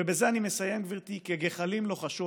ובזה אני מסיים, גברתי, כגחלים לוחשות,